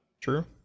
true